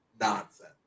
nonsense